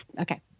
okay